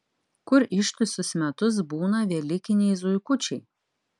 kur ištisus metus būna velykiniai zuikučiai